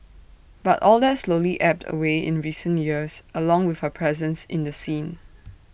but all that slowly ebbed away in recent years along with her presence in the scene